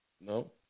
No